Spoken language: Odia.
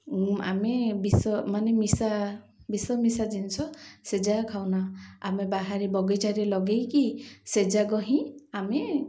ଆମେ ବିଷ ମାନେ ମିଶା ବିଷ ମିଶା ଜିନିଷ ସେଯାକ ଖାଉନା ଆମେ ବାହାରେ ବଗିଚାରେ ଲଗାଇକି ସେଯାକ ହିଁ ଆମେ